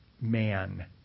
man